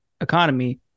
economy